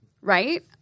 right